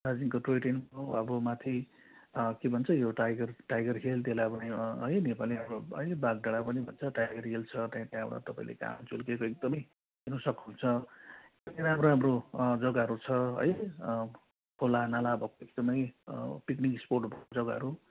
दार्जिलिङको toy train अब माथि के भन्छ यो टाइगर हिल त्यसलाई अब है नेपालीमा है अब बाघ डाँडा पनि भन्छ टाइगर हिल्स छ त्यहाँबाट तपाईँले घाम झुल्केको एकदम हेर्नु सक्नु हुन्छ एकदम राम्रो राम्रो जगाहरू छ है खोला नाला भएको एकदम पिकनिक स्पोटहरू जगाहरू